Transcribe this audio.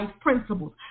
principles